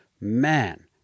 man